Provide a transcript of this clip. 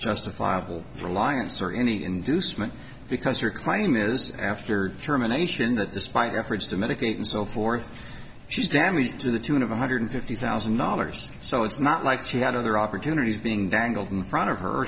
justifiable reliance or any inducement because your claim is after determination that despite efforts to medicate and so forth she's damaged to the tune of one hundred fifty thousand dollars so it's not like she had other opportunities being dangled in front of her